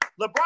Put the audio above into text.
LeBron